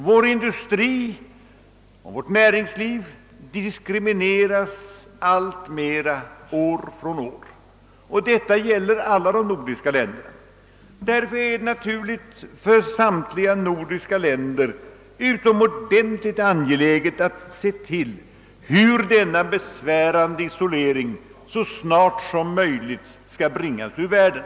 Vår industri och vårt nä ringsliv diskrimineras alltmer år från år. Detta gäller alla de nordiska länderna. Därför är det för samtliga nordiska länder utomordentligt angeläget att undersöka hur denna besvärande isolering snarast möjligt skall kunna bringas ur världen.